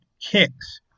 kicks